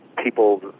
people